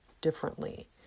differently